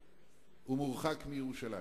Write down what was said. משוחרר ומורחק מירושלים,